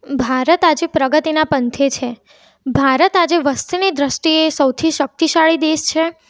ભારત આજે પ્રગતિના પંથે છે ભારત આજે વસ્તીની દૃષ્ટિએ સૌથી શક્તિશાળી દેશ છે